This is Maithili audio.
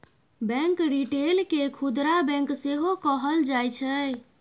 बैंक रिटेल केँ खुदरा बैंक सेहो कहल जाइ छै